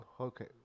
Okay